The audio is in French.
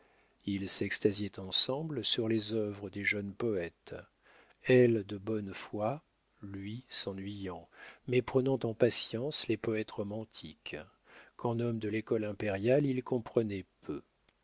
ils s'extasiaient ensemble sur les œuvres des jeunes poètes elle de bonne foi lui s'ennuyant mais prenant en patience les poètes romantiques qu'en homme de l'école impériale il comprenait peu